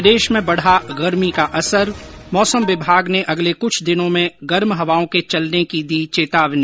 प्रदेश में बढ़ा गर्मी का असर मौसम विभाग ने अगले कुछ दिनों में गर्म हवाओं के चलने की दी चेतावनी